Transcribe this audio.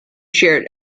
shared